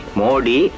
modi